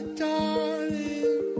darling